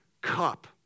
cup